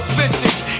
vintage